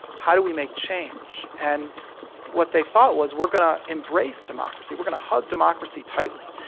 how do we make change? and what they thought was we're going to embrace democracy we're going to hug democracy tightly.